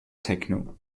techno